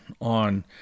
on